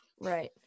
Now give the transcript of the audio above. Right